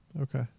Okay